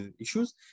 issues